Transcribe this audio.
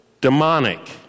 demonic